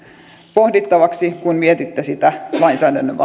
pohdittavaksi kun mietitte sitä lainsäädännön